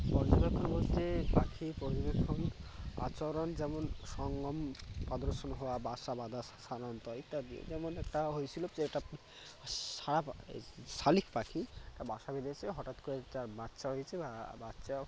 পর্যবেক্ষণ বলতে পাখি পর্যবেক্ষণ আচরণ যেমন সঙ্গম প্রদর্শন হওয়া বাসা বাঁধা স্থানান্তর ইত্যাদি যেমন একটা হয়েছিল যে একটা সাপ এই শালিক পাখি একটা বাসা বেঁধেছে হঠাৎ করে একটা বাচ্চা হয়েছে বাচ্চাও